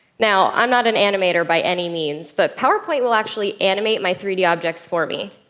now, i'm not an animator by any means, but powerpoint will actually animate my three d objects for me.